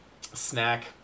snack